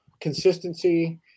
consistency